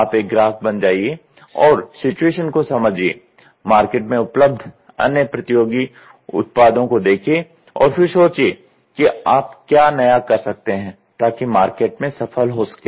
आप एक ग्राहक बन जाइए और सिचुएशन को समझिए मार्केट में उपलब्ध अन्य प्रतियोगी उत्पादों को देखिए और फिर सोचिए कि आप क्या नया कर सकते हैं ताकि मार्केट में सफल हो सकें